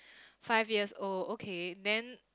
five years old okay then